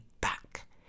back